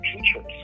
teachers